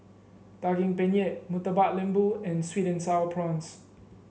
Daging Penyet Murtabak Lembu and sweet and sour prawns